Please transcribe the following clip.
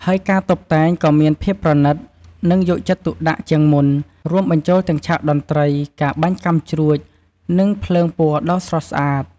ហើយការតុបតែងក៏មានភាពប្រណីត និងយកចិត្តទុកដាក់ជាងមុន រួមបញ្ចូលទាំងឆាកតន្ត្រី ការបាញ់កាំជ្រួច និងភ្លើងពណ៌ដ៏ស្រស់ស្អាត។